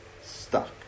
stuck